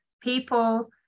people